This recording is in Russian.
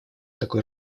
такой